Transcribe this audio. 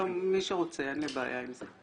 מי שרוצה, אין לי בעיה עם זה.